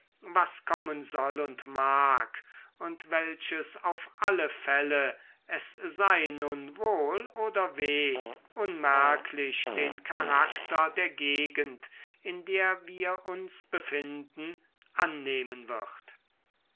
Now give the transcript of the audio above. was kommen soll und mag und welches auf alle fälle es sei nun wohl oder weh unmerklich den charakter der gegend in der wir uns befinden annehmen wird